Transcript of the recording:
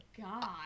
God